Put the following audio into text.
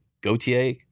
Gautier